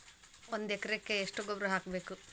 ಒಂದ್ ಎಕರೆಗೆ ಎಷ್ಟ ಗೊಬ್ಬರ ಹಾಕ್ಬೇಕ್?